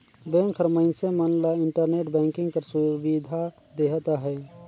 bank हर मइनसे मन ल इंटरनेट बैंकिंग कर सुबिधा देहत अहे